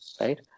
right